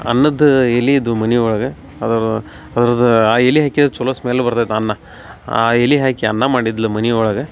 ಅನ್ನದ್ದ ಎಲೆ ಇದ್ವು ಮನೆ ಒಳಗೆ ಅದರದ್ದು ಅದರ್ದ ಆ ಎಲೆ ಹಾಕಿದ್ರ ಚಲೊ ಸ್ಮೆಲ್ ಬರ್ತೈತೆ ಅನ್ನ ಆ ಎಲೆ ಹಾಕಿ ಅನ್ನ ಮಾಡಿದ್ಲ ಮನೆ ಒಳಗೆ